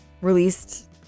released